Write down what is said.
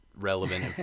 relevant